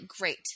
great